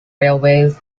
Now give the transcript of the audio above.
railways